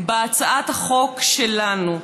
בהצעת החוק שלנו,